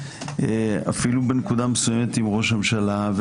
אפילו בנקודה מסוימת גם ראש הממשלה.